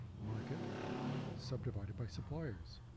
market subdivided by suppliers.